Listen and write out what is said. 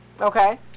Okay